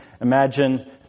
Imagine